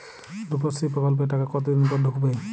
রুপশ্রী প্রকল্পের টাকা কতদিন পর ঢুকবে?